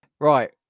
Right